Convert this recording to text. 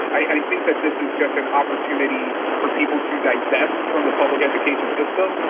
i think that this is just an opportunity for people to divest from the public education system,